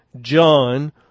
John